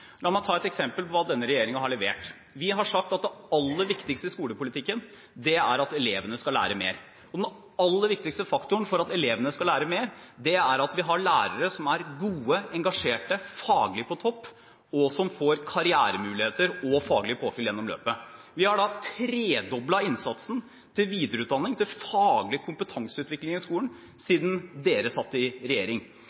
La meg ta et eksempel på hva denne regjeringen har levert. Vi har sagt at det aller viktigste i skolepolitikken er at elevene skal lære mer. Og den aller viktigste faktoren for at elevene skal lære mer, er at vi har lærere som er gode, engasjerte, faglig på topp og som får karrieremuligheter og faglig påfyll gjennom løpet. Vi har tredoblet innsatsen til videreutdanning, til faglig kompetanseutvikling i skolen,